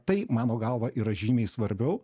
tai mano galva yra žymiai svarbiau